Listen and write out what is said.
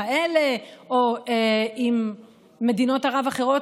האלה או אם מדינות ערב האחרות,